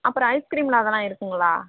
அப்புறம் ஐஸ்கிரீம்லாம் அதெல்லாம் இருக்குங்களா